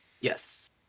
Yes